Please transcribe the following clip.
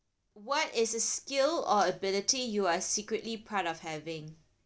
what is a skill or ability you are secretly proud of having